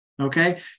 Okay